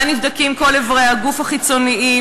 שבה נבדקים כל איברי הגוף החיצוניים,